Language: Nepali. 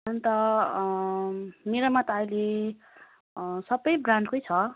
अन्त मेरोमा त अहिले सबै ब्रान्डकै छ